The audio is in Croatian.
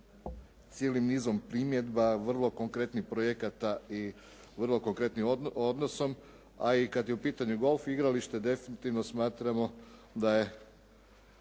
cijelim nizom primjedba, vrlo konkretnih projekata i vrlo konkretnim odnosom a i kad je u pitanju golf igralište definitivno smatramo da je